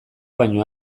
baino